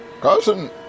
Cousin